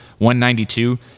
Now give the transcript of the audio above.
192